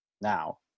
Now